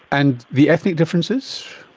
and the ethnic differences?